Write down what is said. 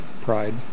pride